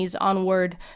onward